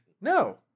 No